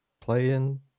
playing